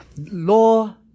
Law